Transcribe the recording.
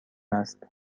است